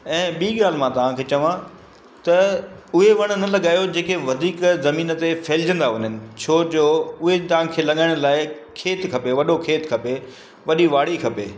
ऐं ॿीं ॻाल्हि मां तव्हांखे चवां त उहे वण न लॻायो जेके वधीक ज़मीन ते फैलिजंदा वञनि छोजो उहे तव्हांखे लॻाइण लाइ खेत खपे वॾो खेत खपे वॾी वाड़ी खपे